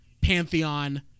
pantheon